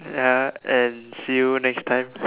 ya and see you next time